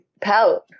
pout